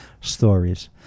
stories